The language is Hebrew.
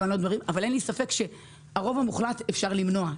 אבל אין לי ספק שאת הרוב המוחלט אפשר למנוע,